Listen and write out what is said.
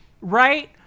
Right